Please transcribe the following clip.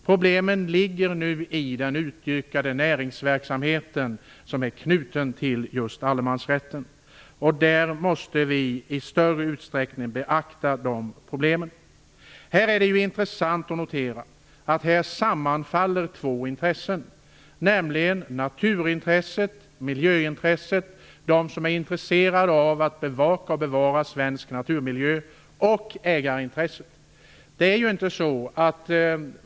Problemen uppstår i den utökade näringsverksamhet som är knuten till just allemansrätten, och de problemen måste vi beakta i större utsträckning. Här är det intressant att notera att två intressen sammanfaller, nämligen å ena sidan naturintresset, miljöintresset, intresset hos dem som vill bevaka och bevara svensk naturmiljö, och å andra sidan ägarintresset.